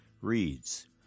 reads